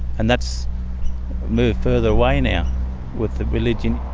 and that's moved further away now with the religion,